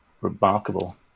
remarkable